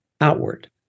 outward